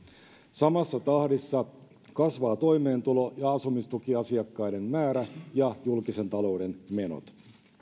samassa tahdissa kasvavat toimeentulo ja asumistukiasiakkaiden määrä ja julkisen talouden menot